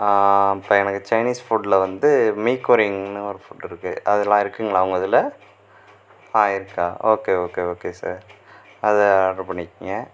இப்போ எனக்கு சைனீஸ் ஃபுட்டில் வந்து மீக்கொரின்னு ஒரு ஃபுட் இருக்குது அதல்லாம் இருக்குங்களா உங்க இதில் இருக்கா ஓகே ஓகே ஓகே சார் அது ஆர்டர் பண்ணிக்குங்க